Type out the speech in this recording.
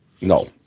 No